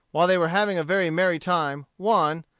while they were having a very merry time, one,